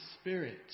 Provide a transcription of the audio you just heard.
Spirit